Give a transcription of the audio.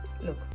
Look